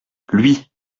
lui